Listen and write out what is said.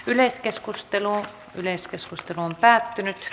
yleiskeskustelua yleiskeskustelu on päättyi